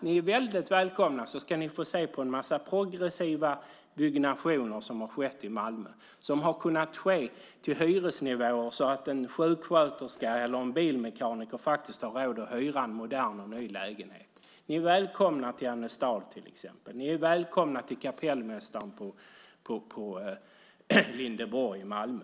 Ni är mycket välkomna dit så ska ni få se en mängd progressiva byggnationer som skett i Malmö, som kunnat ske till sådana hyresnivåer att en sjuksköterska eller bilmekaniker har råd att hyra en ny modern lägenhet. Ni är välkomna till exempelvis Annestad. Ni är välkomna till Kapellmästaren på Lindeborg i Malmö.